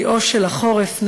בשיאו של החורף,